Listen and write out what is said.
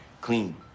clean